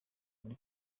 muri